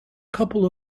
couple